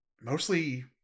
mostly